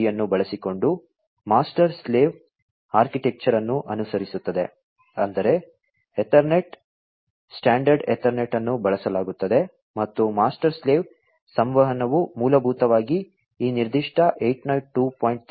3 ಅನ್ನು ಬಳಸಿಕೊಂಡು master slave architecture ಅನ್ನು ಅನುಸರಿಸುತ್ತದೆ ಅಂದರೆ ಎತರ್ನೆಟ್ ಸ್ಟ್ಯಾಂಡರ್ಡ್ ಎತರ್ನೆಟ್ ಅನ್ನು ಬಳಸಲಾಗುತ್ತದೆ ಮತ್ತು ಮಾಸ್ಟರ್ ಸ್ಲೇವ್ ಸಂವಹನವು ಮೂಲಭೂತವಾಗಿ ಈ ನಿರ್ದಿಷ್ಟ 802